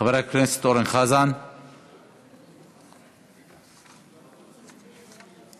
חבר הכנסת אורן חזן, שלוש דקות.